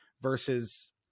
versus